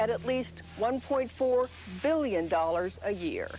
at least one point four billion dollars a year